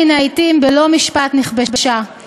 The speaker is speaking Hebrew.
ובשנתיים האחרונות הוא לא נקף אצבע כדי לפתור את הבעיה בצורה חוקית.